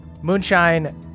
Moonshine